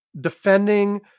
defending